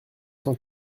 cent